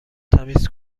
تمیز